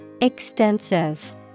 Extensive